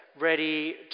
ready